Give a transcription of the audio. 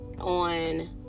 on